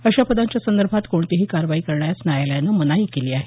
अशा पदांच्या संदर्भात कोणतीही कारवाई करण्यास न्यायालयानं मनाई केली आहे